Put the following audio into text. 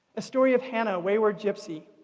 a story of hannah, a wayward gypsy.